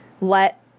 let